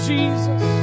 Jesus